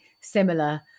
similar